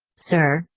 sir,